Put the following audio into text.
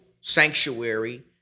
sanctuary